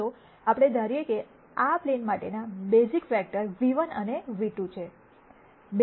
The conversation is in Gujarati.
ચાલો આપણે ધારીએ કે આ પ્લેન માટેના બેઝિક વેક્ટર ν₁ અને ν₂ છે